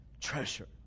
treasure